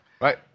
Right